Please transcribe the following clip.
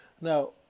Now